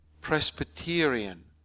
Presbyterian